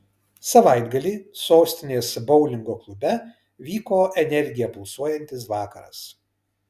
savaitgalį sostinės boulingo klube vyko energija pulsuojantis vakaras